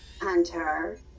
Hunter